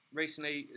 recently